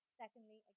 secondly